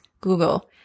Google